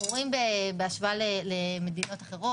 אנחנו רואים בהשוואה למדינות אחרות